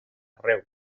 arreu